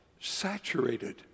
saturated